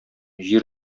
җир